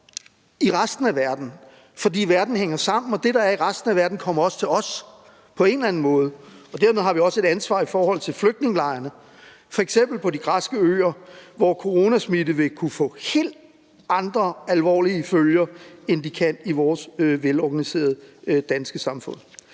i resten af verden, fordi verden hænger sammen, og det, der er i resten af verden, kommer også til os på en eller anden måde, og dermed har vi også et ansvar i forhold til flygtningelejrene, f.eks. på de græske øer, hvor coronasmitte vil kunne få helt andre alvorlige følger, end de kan i vores velorganiserede danske samfund.